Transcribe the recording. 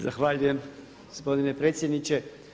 Zahvaljujem gospodine predsjedniče.